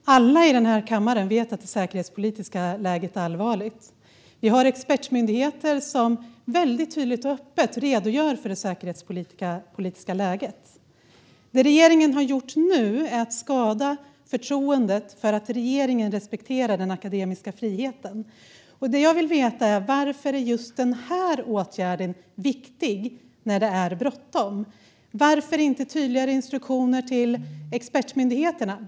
Fru talman! Alla i den här kammaren vet att det säkerhetspolitiska läget är allvarligt. Vi har expertmyndigheter som väldigt tydligt och öppet redogör för det säkerhetspolitiska läget. Det regeringen har gjort nu är att skada förtroendet för att regeringen respekterar den akademiska friheten. Det jag vill veta är: Varför är just den här åtgärden viktig när det är bråttom? Varför inte tydligare instruktioner till expertmyndigheterna?